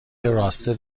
راسته